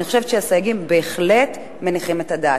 אני חושבת שהסייגים בהחלט מניחים את הדעת.